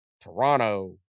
Toronto